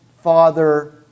father